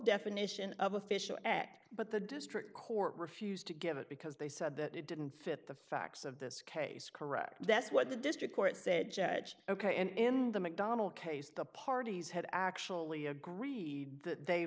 definition of official act but the district court refused to give it because they said that it didn't fit the facts of this case correct that's what the district court said ok and in the mcdonnell case the parties had actually agreed that they